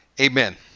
amen